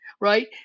right